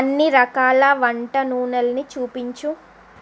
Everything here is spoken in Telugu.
అన్ని రకాల వంట నూనెల్ని చూపించు